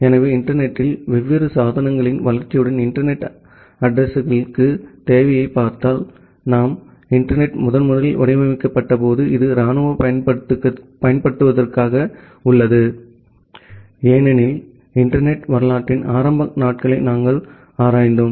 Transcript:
எனவே இன்டர்நெட்ல் வெவ்வேறு சாதனங்களின் வளர்ச்சியுடன் இன்டர்நெட் அட்ரஸிங்களின் தேவையைப் பார்த்தால் எனவே இன்டர்நெட்ம் முதன்முதலில் வடிவமைக்கப்பட்டபோது இது இராணுவ பயன்பாடுகளுக்கானது ஏனெனில் இன்டர்நெட் வரலாற்றின் ஆரம்ப நாட்களை நாங்கள் ஆராய்ந்தோம்